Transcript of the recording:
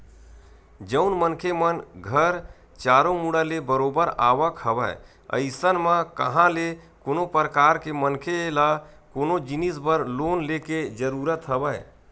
जउन मनखे मन घर चारो मुड़ा ले बरोबर आवक हवय अइसन म कहाँ ले कोनो परकार के मनखे ल कोनो जिनिस बर लोन लेके जरुरत हवय